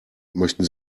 möchten